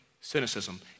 Cynicism